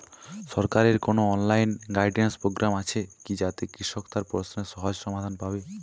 সরকারের কোনো online guidance programme আছে কি যাতে কৃষক তার প্রশ্নের সহজ সমাধান পাবে?